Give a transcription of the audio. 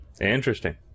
Interesting